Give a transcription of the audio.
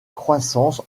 croissance